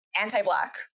anti-Black